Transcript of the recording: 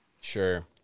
sure